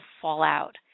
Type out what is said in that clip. fallout